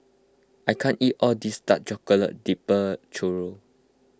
I can't eat all of this Dark Chocolate Dipped Churro